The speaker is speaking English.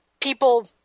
people